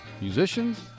musicians